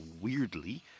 weirdly